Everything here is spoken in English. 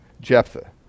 Jephthah